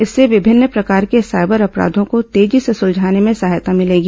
इससे विभिन्न प्रकार के साइबर अपराधों को तेजी से सुलझाने में सहायता मिलेगी